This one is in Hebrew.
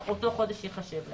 אותו חודש ייחשב להם.